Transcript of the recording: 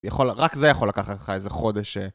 רק זה יכול לקחת לך איזה חודש.